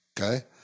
Okay